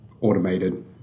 automated